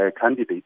candidate